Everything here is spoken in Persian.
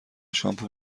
شامپو